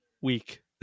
week